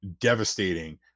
devastating